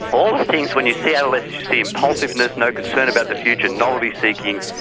all the things, when you see adolescents you see impulsiveness, no concern about the future, novelty seeking,